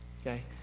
okay